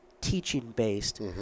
teaching-based